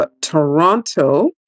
Toronto